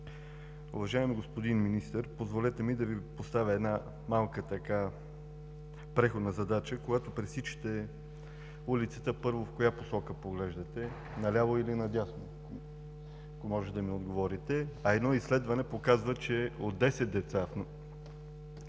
Уважаеми господин Министър, позволете ми да Ви поставя една малка преходна задача. Когато пресичате улицата, първо в коя посока поглеждате – на ляво или на дясно? Ако може, да ми отговорите. Едно изследване показва, че от 10 деца